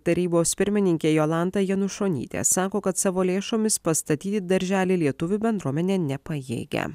tarybos pirmininkė jolanta janušonytė sako kad savo lėšomis pastatyti darželį lietuvių bendruomenė nepajėgia